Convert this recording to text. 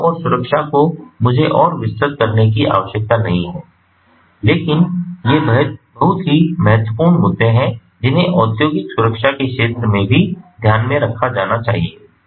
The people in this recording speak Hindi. बचाव और सुरक्षा को मुझे और विस्तृत करने की आवश्यकता नहीं है लेकिन ये बहुत महत्वपूर्ण मुद्दे हैं जिन्हें औद्योगिक सुरक्षा के क्षेत्र में भी ध्यान में रखा जाना चाहिए